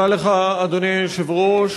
אדוני היושב-ראש,